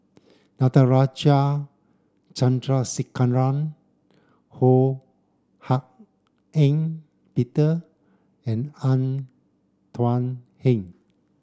Natarajan Chandrasekaran Ho Hak Ean Peter and Tan Thuan Heng